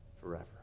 forever